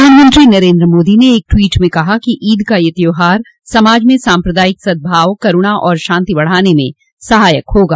प्रधानमंत्री नरेन्द्र मादी ने एक ट्वीट में कहा कि ईद का यह त्योहार समाज में साम्प्रदायिक सदभाव करूणा और शांति बढ़ाने में सहायक होगा